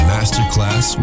Masterclass